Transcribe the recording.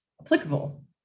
applicable